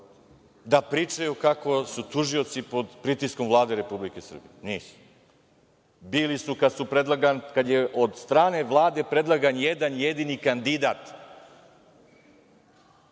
da pričaju kako su tužioci pod pritiskom Vlade Republike Srbije. Nisu. Bili su kad je od strane Vlade predlagan jedan jedini kandidat.